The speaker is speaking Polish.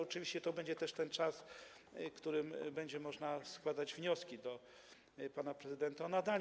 Oczywiście to będzie też ten czas, w którym będzie można składać wnioski do pana prezydenta o nadanie.